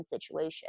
situation